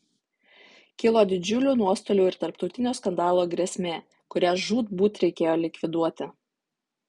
kilo didžiulių nuostolių ir tarptautinio skandalo grėsmė kurią žūtbūt reikėjo likviduoti